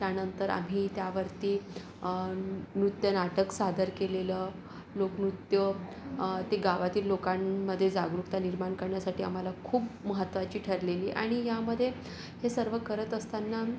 त्यानंतर आम्ही त्यावरती नृत्य नाटक सादर केलेलं लोकनृत्य ते गावातील लोकांमध्ये जागरूकता निर्माण करण्यासाठी आम्हाला खूप महत्वाची ठरलेली आणि यामध्ये हे सर्व करत असताना